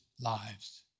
lives